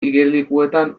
igerilekuetan